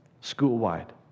school-wide